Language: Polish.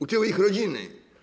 Uczyły ich rodziny.